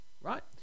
right